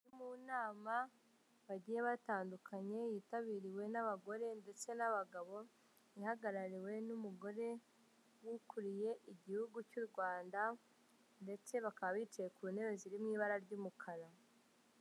Mu nama bagiye batandukanye yitabiriwe n'abagore ndetse n'abagabo ihagarariwe n'umugore w'ukuriye igihugu cy'u Rwanda ndetse bakaba bicaye ku ntebe ziri mu ibara ry'umukara.